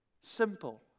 Simple